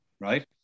right